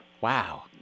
Wow